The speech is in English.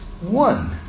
one